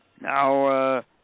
now